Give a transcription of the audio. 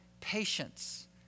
patience